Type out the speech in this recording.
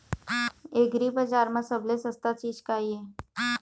एग्रीबजार म सबले सस्ता चीज का ये?